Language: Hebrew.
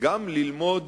גם ללמוד